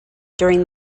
during